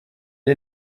est